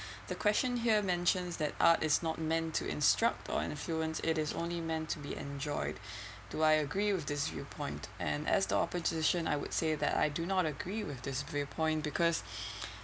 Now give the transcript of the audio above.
the question here mentions that art is not meant to instruct or influence it is only meant to be enjoyed do I agree with this viewpoint and as the opposition I would say that I do not agree with this viewpoint because